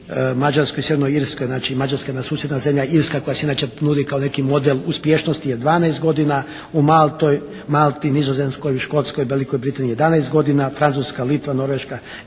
ne razumije./ … Irskoj. Znači Mađarska je jedna susjedna zemlja. Irska koja se inače nudi kao neki model uspješnosti je 12 godina. U Malti, Nizozemskoj, u Škotskoj, Velikoj Britaniji 11 godina. Francuska, Litva, Norveška,